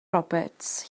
roberts